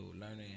learning